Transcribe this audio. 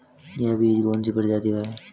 यह बीज कौन सी प्रजाति का है?